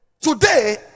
today